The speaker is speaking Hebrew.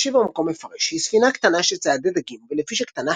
רש"י במקום מפרש ”היא ספינה קטנה של ציידי דגים ולפי שקטנה